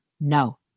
No